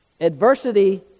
adversity